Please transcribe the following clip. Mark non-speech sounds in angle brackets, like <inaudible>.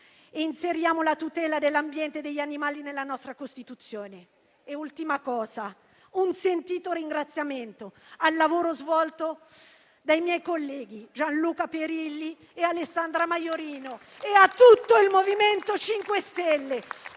inseriamo la tutela dell'ambiente e degli animali nella nostra Costituzione. In ultimo un sentito ringraziamento al lavoro svolto dai miei colleghi Gianluca Perilli e Alessandra Maiorino <applause> e a tutto il MoVimento 5 Stelle.